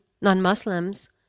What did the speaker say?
non-muslims